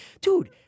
Dude